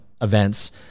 events